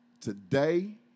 today